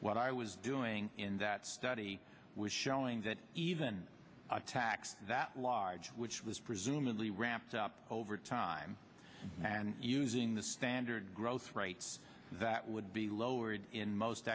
what i was doing in that study was showing that even a tax that large which was presumably ramped up over time and using the standard growth rates that would be lowered in most